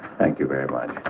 thank you very much.